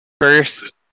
First